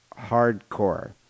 Hardcore